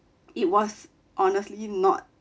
it was honestly not